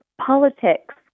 politics